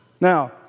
Now